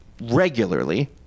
regularly